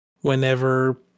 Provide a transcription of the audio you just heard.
whenever